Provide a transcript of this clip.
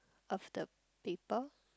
of the paper